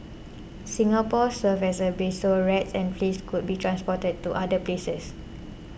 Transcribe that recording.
Singapore served as a base so rats and fleas could be transported to other places